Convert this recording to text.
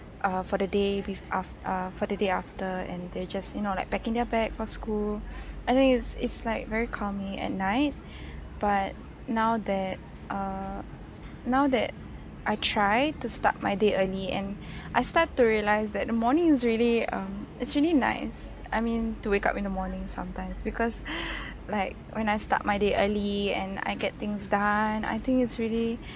uh for the day be~ af~ uh for the day after and they're just you know like packing their bag for school I think it's it's like very calming at night but now that err now that I try to start my day early and I start to realise that the morning is really um it's nice I mean to wake up in the morning sometimes because like when I start my day early and I get things done I think it's really